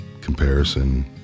comparison